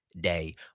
day